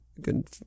good